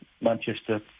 Manchester